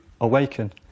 awaken